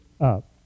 up